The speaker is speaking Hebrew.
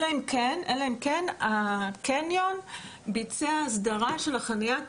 אלא אם כן הקניון ביצע הסדרה של החניה,